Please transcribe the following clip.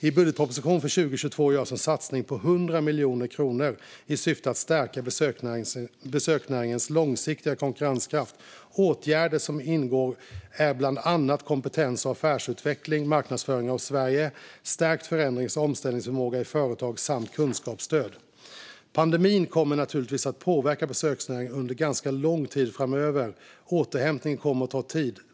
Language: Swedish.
I budgetpropositionen för 2022 görs en satsning på 100 miljoner kronor i syfte att stärka besöksnäringens långsiktiga konkurrenskraft. Åtgärder som ingår är bland annat kompetens och affärsutveckling, marknadsföring av Sverige, stärkt förändrings och omställningsförmåga i företagen samt kunskapsstöd. Pandemin kommer naturligtvis att påverka besöksnäringen under en ganska lång tid framöver. Återhämtningen kommer att ta tid.